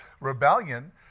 Rebellion